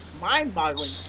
mind-boggling